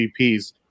VPs